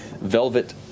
velvet